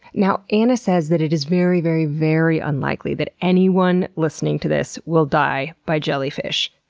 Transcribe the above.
now, anna says that it is very, very, very unlikely that anyone listening to this will die by jellyfish.